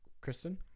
Kristen